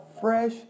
fresh